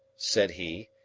said he,